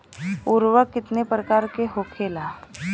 उर्वरक कितना प्रकार के होखेला?